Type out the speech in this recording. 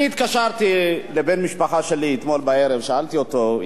אני התקשרתי לבן משפחה שלי אתמול בערב ושאלתי אותו,